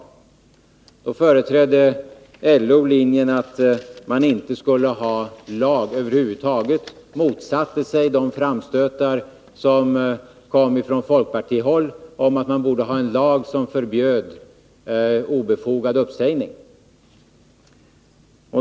Då hävdade de som företrädde LO-linjen att man inte skulle ha en lag över huvud taget, och man motsatte sig de framstötar som kom från folkpartihåll om att det borde finnas en lag som förbjöd obefogad uppsägning.